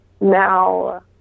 now